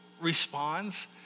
responds